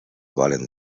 volen